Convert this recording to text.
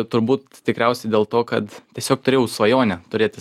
turbūt tikriausiai dėl to kad tiesiog turėjau svajonę turėti